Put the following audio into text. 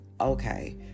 okay